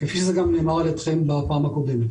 כפי שזה גם נאמר על ידיכם בפעם הקודמת.